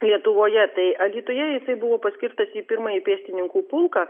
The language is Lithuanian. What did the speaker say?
lietuvoje tai alytuje jisai buvo paskirtas į pirmąjį pėstininkų pulką